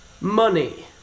Money